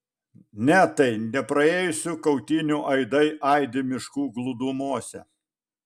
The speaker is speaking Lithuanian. ne tai ne praėjusių kautynių aidai aidi miškų glūdumose